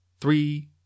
Three